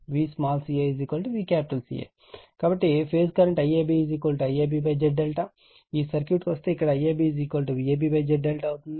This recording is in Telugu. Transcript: కాబట్టి ఫేజ్ కరెంటు IAB VabZ∆ ఈ సర్క్యూట్కు వస్తే ఇక్కడ IAB VabZ∆ అవుతుంది